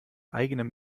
eigenem